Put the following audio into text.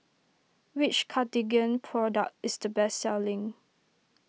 which Cartigain product is the best selling